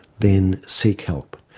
then seek help.